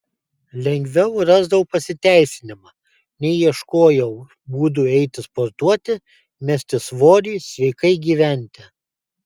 lengviau rasdavau pasiteisinimą nei ieškojau būdų eiti sportuoti mesti svorį sveikai gyventi